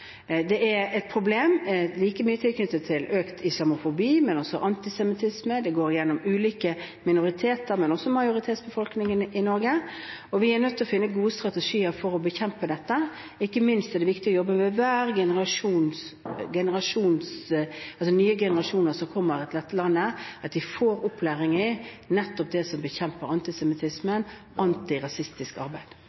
Det er et problem knyttet til økt islamofobi, men antisemittisme går også gjennom ulike minoriteter i Norge, men også i majoritetsbefolkningen, og vi er nødt til å finne gode strategier for å bekjempe dette. Ikke minst er det viktig å jobbe med nye generasjoner som kommer til dette landet, sørge for at de får opplæring i nettopp det som bekjemper antisemittisme: antirasistisk arbeid.